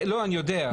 לא, אני יודע.